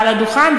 מעל הדוכן,